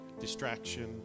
distraction